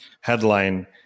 headline